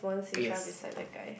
yes